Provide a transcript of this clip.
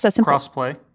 cross-play